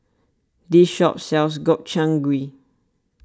this shop sells Gobchang Gui